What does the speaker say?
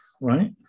Right